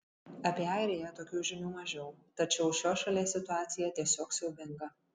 apie airiją tokių žinių mažiau tačiau šios šalies situacija tiesiog siaubinga